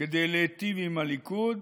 כדי להיטיב עם הליכוד,